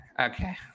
Okay